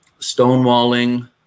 stonewalling